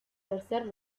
tercer